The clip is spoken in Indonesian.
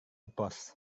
pos